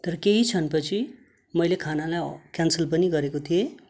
तर केही क्षण पछि मैले खानालाई क्यान्सल पनि गरेको थिएँ